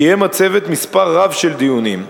קיים הצוות מספר רב של דיונים,